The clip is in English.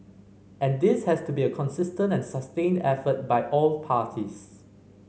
and this has to be a consistent and sustained effort by all parties